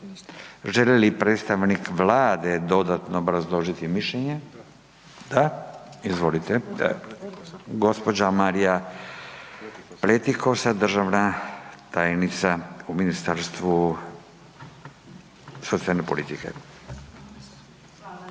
Želi li predstavnik Vlade dodatno obrazložiti mišljenje? Da, izvolite. Gđa. Marija Pletikosa, državna tajnica u Ministarstvu socijalne politike.